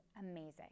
amazing